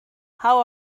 how